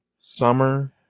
summer